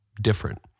different